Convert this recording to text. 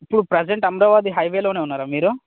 ఇప్పుడు ప్రెసెంట్ అమరావతి హైవేలో ఉన్నారా మీరు